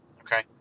okay